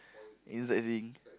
uh sightseeing